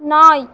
நாய்